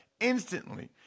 instantly